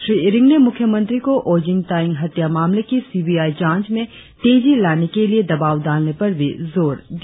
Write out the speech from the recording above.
श्री इरिंग ने मुख्य मंत्री को ओजिंग तायिंग हत्या मामले की सी बी आई जांच में तेजी लाने के लिए दबाव डालने पर भी जोर दिया